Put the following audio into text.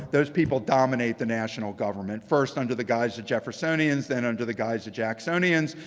those people dominate the national government, first under the guise of jeffersonians, then under the guise of jacksonians.